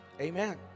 Amen